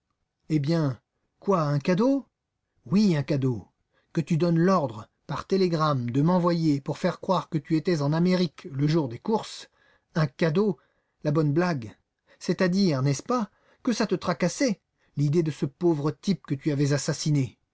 eh bien quoi un cadeau oui un cadeau que tu donnes l'ordre par télégramme de m'envoyer pour faire croire que tu étais en amérique le jour des courses un cadeau la bonne blague c'est-à-dire n'est-ce pas que ça te tracassait l'idée de ce pauvre type que tu avais assassiné